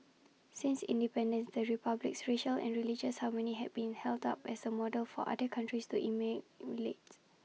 since independence the republic's racial and religious harmony have been held up as A model for other countries to email emulate